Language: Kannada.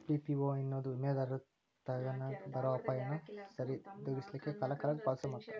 ಪಿ.ಪಿ.ಓ ಎನ್ನೊದು ವಿಮಾದಾರರು ತನಗ್ ಬರೊ ಅಪಾಯಾನ ಸರಿದೋಗಿಸ್ಲಿಕ್ಕೆ ಕಾಲಕಾಲಕ್ಕ ಪಾವತಿಸೊ ಮೊತ್ತ